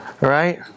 right